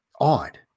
odd